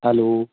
hello